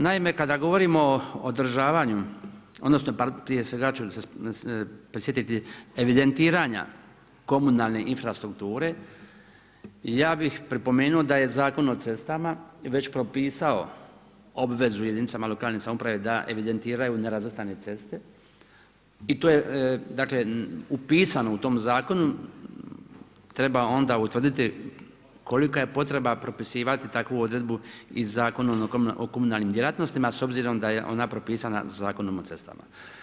Naime, kada govorimo o održavaju odnosno prije svega ću se prisjetiti evidentiranja komunalne infrastrukture, ja bih pripomenuo da je Zakon o cestama već propisao obvezu jedinicama lokalne samouprave da evidentiraju nerazvrstane ceste i to je upisano u tom zakonu, treba onda utvrditi kolika je potreba propisivati takvu odredbu i Zakon o komunalnim djelatnostima s obzirom da je ona propisana Zakonom o cestama.